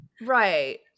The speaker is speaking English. Right